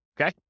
Okay